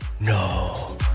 No